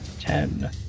Ten